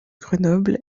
grenoble